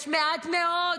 יש מעט מאוד